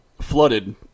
flooded